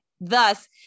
Thus